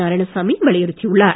நாராயணசாமி வலியுறுத்தி உள்ளார்